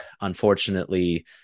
unfortunately